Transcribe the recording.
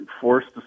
forced